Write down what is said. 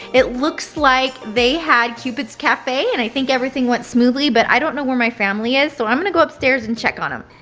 it looks like they had cupid's cafe and i think everything went smoothly but i don't know where my family is so i'm gonna go upstairs and check on em.